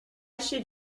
should